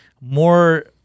More